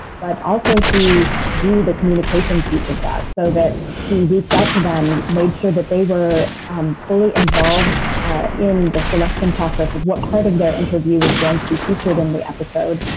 but also to do the communication piece of that so that she reached out to them, made sure that they were um fully involved in the selection process of what part of their interview was going to be featured in the episode,